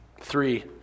Three